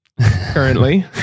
Currently